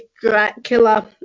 Dracula